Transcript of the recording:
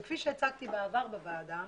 כפי שהצגתי בעבר בוועדה,